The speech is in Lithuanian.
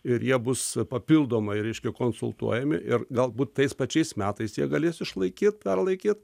ir jie bus papildomai reiškia konsultuojami ir galbūt tais pačiais metais jie galės išlaikyt perlaikyt